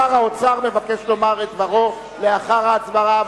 שר האוצר מבקש לומר את דברו לאחר ההצבעה.